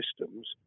systems